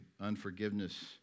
unforgiveness